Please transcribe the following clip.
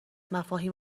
مفاهیم